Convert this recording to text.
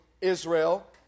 Israel